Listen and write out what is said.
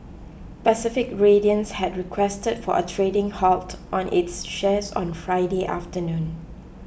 Pacific Radiance had requested for a trading halt on its shares on Friday afternoon